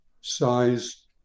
size